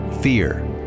fear